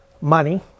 money